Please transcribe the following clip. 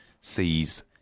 sees